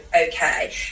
okay